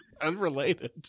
Unrelated